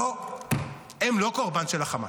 לא, הם לא קורבן של החמאס.